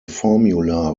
formula